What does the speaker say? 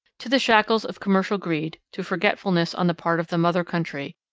to the shackles of commercial greed, to forgetfulness on the part of the mother country,